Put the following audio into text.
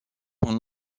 son